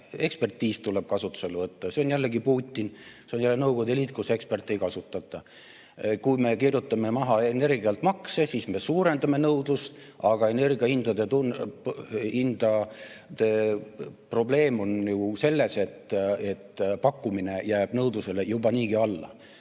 Ekspertiis tuleb kasutusele võtta. See on jälle Putin, see on jälle Nõukogude Liit, kus eksperte ei kasutata. Kui me [vähendame] energia puhul makse, siis me suurendame nõudlust. Aga energiahindade probleem on ju selles, et pakkumine jääb nõudlusele juba niigi alla.